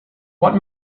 what